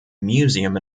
museum